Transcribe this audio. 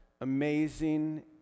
amazing